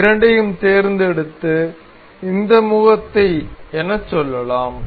இந்த இரண்டையும் தேர்ந்தெடுத்து இந்த முகத்தை எனச் சொல்லலாம்